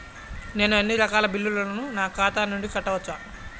నేను అన్నీ రకాల బిల్లులను నా ఖాతా నుండి కట్టవచ్చా?